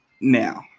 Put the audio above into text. Now